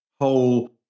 whole